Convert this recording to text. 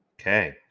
Okay